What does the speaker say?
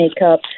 makeup